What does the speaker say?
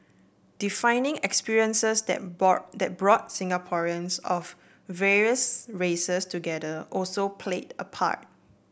defining experiences that that brought Singaporeans of various races together also played a part